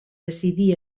decidí